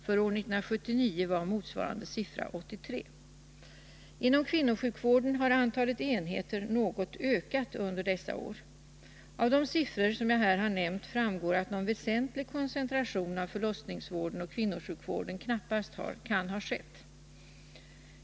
För år 1979 var motsvarande siffra 83. Inom kvinnosjukvården har antalet enheter ökat något under dessa år. Av de siffror som jag här har nämnt framgår att någon väsentlig koncentration av förlossningsvården och kvinnosjukvården knappast kan ha skett.